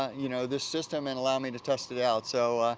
you know, this system and allowed me to test it out, so,